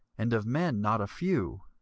and of men, not a few.